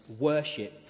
worship